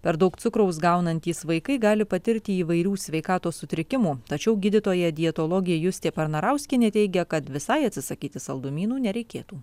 per daug cukraus gaunantys vaikai gali patirti įvairių sveikatos sutrikimų tačiau gydytoja dietologė justė parnarauskienė teigia kad visai atsisakyti saldumynų nereikėtų